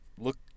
look